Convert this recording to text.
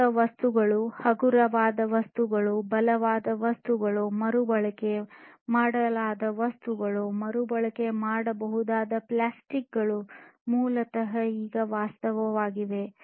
ಹೊಸ ವಸ್ತುಗಳು ಹಗುರವಾದ ವಸ್ತುಗಳು ಬಲವಾದ ವಸ್ತುಗಳು ಮರುಬಳಕೆ ಮಾಡಬಹುದಾದ ವಸ್ತುಗಳು ಮರುಬಳಕೆ ಮಾಡಬಹುದಾದ ಪ್ಲಾಸ್ಟಿಕ್ಗಳು ಮೂಲತಃ ಈಗ ವಾಸ್ತವವಾಗಿದೆ